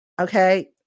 Okay